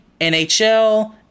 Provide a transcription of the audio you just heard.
NHL